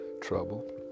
trouble